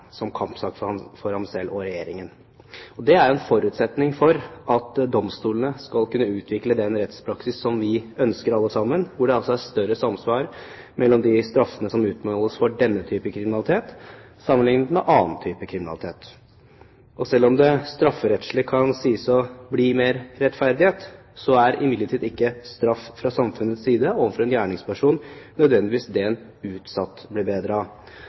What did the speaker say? som kampsak for ham selv og Regjeringen. Det er jo en forutsetning for at domstolene skal kunne utvikle den rettspraksis som vi alle sammen ønsker, hvor det er større samsvar mellom de straffene som utmåles for denne type kriminalitet, enn ved annen type kriminalitet. Selv om det strafferettslig kan sies å bli mer rettferdighet, er imidlertid ikke straff fra samfunnets side overfor en gjerningsperson nødvendigvis det som en utsatt blir